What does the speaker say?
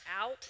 out